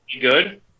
good